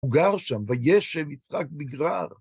הוא גר שם, וישב יצחק בגרר.